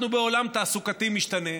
אנחנו בעולם תעסוקתי משתנה.